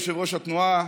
יושב-ראש התנועה: